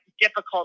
difficult